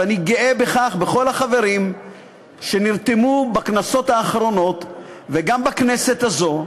ואני גאה בכל החברים שנרתמו בכנסות האחרונות וגם בכנסת הזאת,